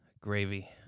Gravy